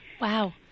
Wow